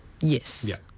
Yes